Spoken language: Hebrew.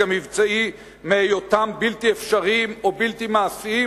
המבצעי מהיותם בלתי אפשריים או בלתי מעשיים,